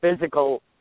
Physical